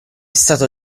stato